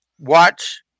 Watch